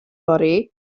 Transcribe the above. fory